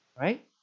right